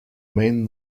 main